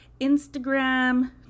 Instagram